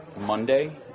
Monday